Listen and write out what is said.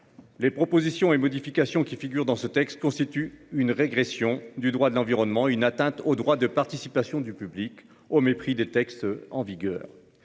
Les propositions et modifications qui figurent dans ce texte constitue une régression du droit de l'environnement une atteinte au droit de participation du public au mépris des textes en vigueur.